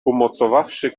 umocowawszy